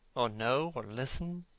or know, or listen?